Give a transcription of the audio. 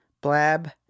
Blab